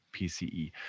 pce